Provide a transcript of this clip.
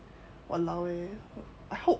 !walao! eh I hope